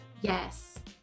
Yes